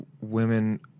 women